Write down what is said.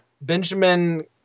Benjamin